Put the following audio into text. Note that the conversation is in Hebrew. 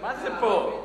מה זה פה?